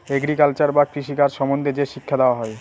agriculture বা কৃষি কাজ সম্বন্ধে যে শিক্ষা দেওয়া হয়